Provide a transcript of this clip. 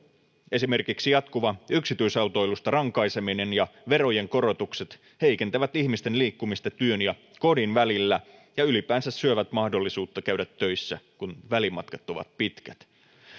esimerkiksi jatkuva yksityisautoilusta rankaiseminen ja verojen korotukset heikentävät ihmisten liikkumista työn ja kodin välillä ja ylipäänsä syövät mahdollisuutta käydä töissä kun välimatkat ovat pitkät